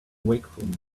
wakefulness